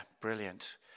brilliant